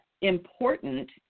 important